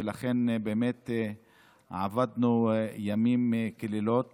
ולכן עבדנו לילות